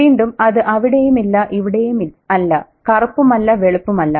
വീണ്ടും അത് അവിടെയും അല്ല ഇവിടെയും അല്ല കറുപ്പുമല്ല വെളുപ്പുമല്ല